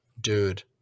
Dude